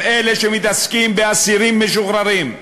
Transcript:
הם אלה שמתעסקים באסירים משוחררים.